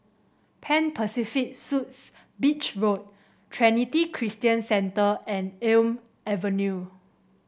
Pan Pacific Suites Beach Road Trinity Christian Centre and Elm Avenue